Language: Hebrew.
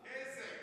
איזה?